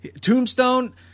Tombstone